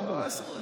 מה אתה רוצה?